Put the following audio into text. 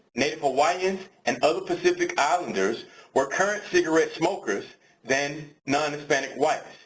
native hawaiians and other pacific islanders were current cigarette smokers than non-hispanic whites.